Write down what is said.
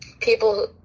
people